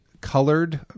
colored